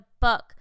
book